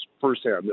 firsthand